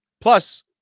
Plus